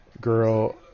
girl